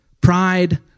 Pride